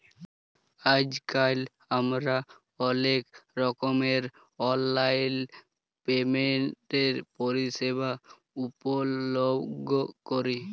আইজকাল আমরা অলেক রকমের অললাইল পেমেল্টের পরিষেবা উপভগ ক্যরি